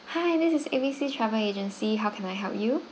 hi this is A B C travel agency how can I help you